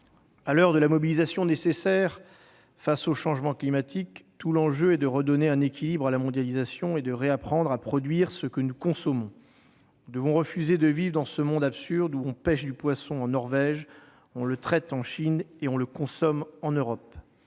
À l'heure de la nécessaire mobilisation face aux changements climatiques, tout l'enjeu est de rééquilibrer la mondialisation et de réapprendre à produire ce que nous consommons. Nous devons refuser de vivre dans ce monde absurde où on pêche du poisson en Norvège, où on le traite en Chine et où on le consomme en Europe